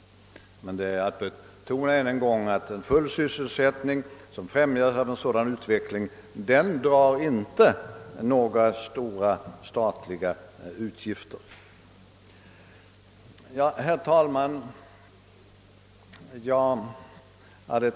Det bör betonas än en gång att en full sysselsättning, som främjas av en sådan utveckling, inte drar några så stora statliga utgifter — inte någon ökning av den offentliga sektorns andel.